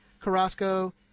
Carrasco